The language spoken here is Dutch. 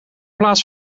plaats